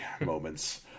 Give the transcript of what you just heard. moments